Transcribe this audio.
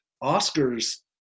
Oscar's